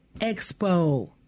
Expo